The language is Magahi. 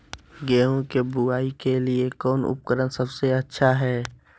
गेहूं के बुआई के लिए कौन उपकरण सबसे अच्छा है?